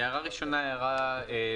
הערה ראשונה טכנית,